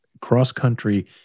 cross-country